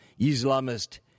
Islamist